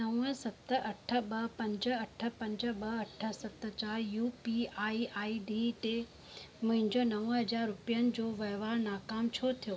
नव सत अठ ॿ पंज अठ पंज ॿ अठ सत चारि U P I I D ॾिए मुंहिंजो नव हज़ार रुपियनि जो वहिंवार नाकामु छो थियो